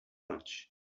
lunch